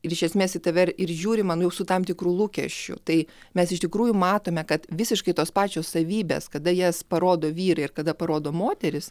ir iš esmės į tave ir ir žiūrima nu jau su tam tikru lūkesčiu tai mes iš tikrųjų matome kad visiškai tos pačios savybės kada jas parodo vyrai ir kada parodo moterys